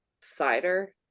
cider